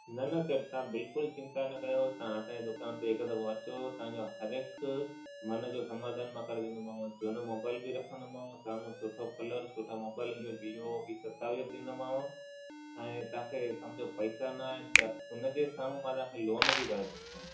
न न सेठ तव्हां बिल्कुलु चिंता न कयो तव्हां असांजे दुकान ते हिकु दफ़ो अचो तव्हां जो हर हिक मन जो समाधान मां करे ॾींदोमांव झूनो मोबाइल बि रखंदोमांव सामुहूं सुठो कलर सुठा मोबाइल इहो विवो सतावीह बि ॾींदोमांव ऐं तव्हां खे समुझ पैसा न आहिनि त उन जे सामुहूं मां तव्हां खे लोन बि करे थो सघांव